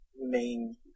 main